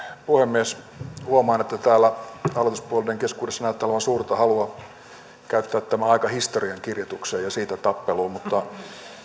puhemies huomaan että täällä hallituspuolueiden keskuudessa näyttää olevan suurta halua käyttää tämä aika historiankirjoitukseen ja siitä tappeluun mutta